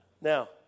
Now